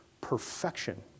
perfection